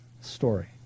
story